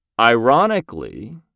Ironically